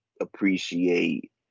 appreciate